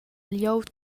glieud